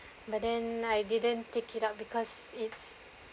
but then I didn't take it up because it's